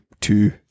two